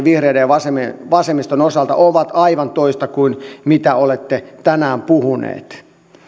vihreiden ja vasemmiston vasemmiston osalta ovat aivan toista kuin mitä olette tänään puhuneet